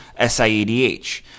SIADH